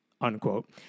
unquote